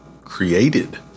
created